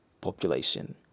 population